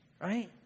right